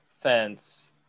fence